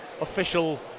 official